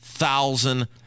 thousand